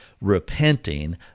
repenting